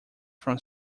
from